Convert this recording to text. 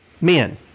men